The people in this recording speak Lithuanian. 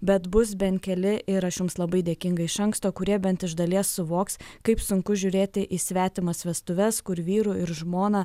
bet bus bent keli ir aš jums labai dėkinga iš anksto kurie bent iš dalies suvoks kaip sunku žiūrėti į svetimas vestuves kur vyru ir žmona